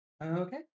Okay